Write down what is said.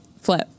flip